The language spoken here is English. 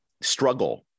struggle